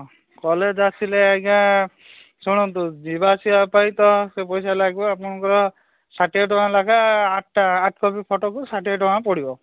ହଁ କଲେଜ ଆସିଲେ ଆଜ୍ଞା ଶୁଣନ୍ତୁ ଯିବା ଆସିବା ପାଇଁ ତ ସେ ପଇସା ଲାଗିବ ଆପଣଙ୍କର ଷାଠିଏ ଟଙ୍କା ଲେଖା ଆଠଟା ଆଠ କପି ଫଟୋକୁ ଷାଠିଏ ଟଙ୍କା ପଡ଼ିବ